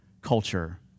culture